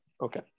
Okay